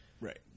Right